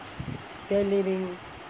tailoring